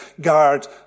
Guard